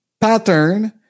pattern